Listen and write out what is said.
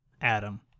Adam